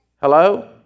Hello